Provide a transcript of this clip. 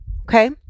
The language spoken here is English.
Okay